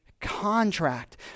contract